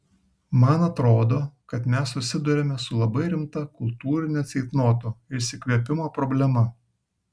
man atrodo kad mes susiduriame su labai rimta kultūrinio ceitnoto išsikvėpimo problema